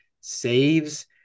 saves